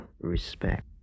Respect